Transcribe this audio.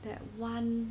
that [one]